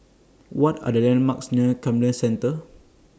What Are The landmarks near Camden Centre